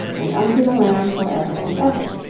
and unto the lamb for ever and ever.